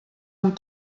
amb